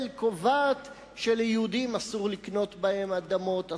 קובעת שליהודים אסור לקנות בהם אדמות,